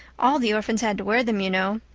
all the orphans had to wear them, you know.